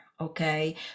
okay